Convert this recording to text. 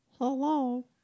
Hello